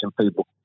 people